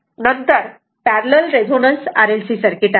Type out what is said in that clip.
तेव्हा आता नंतर पॅरलल रेझोनन्स RLC सर्किट आहे